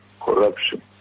corruption